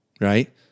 right